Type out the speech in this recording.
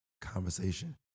conversation